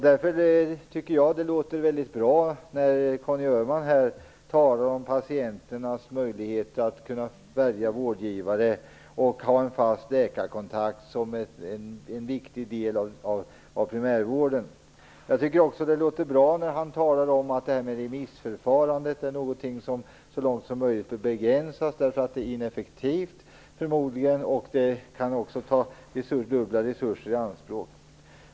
Därför låter det väldigt bra när Conny Öhman här talar om patienternas möjligheter att kunna välja vårdgivare och ha en fast läkarkontakt som en viktig del av primärvården. Jag tycker också att det låter bra när Conny Öhman talar om att remissförfarande så långt möjligt bör begränsas därför att det är ineffektivt samtidigt som det också kan ta dubbla resurser i anspråk.